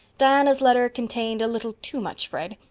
diana's letter contained a little too much fred,